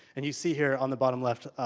and you see here on the bottom left,